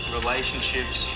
relationships